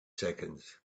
seconds